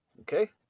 Okay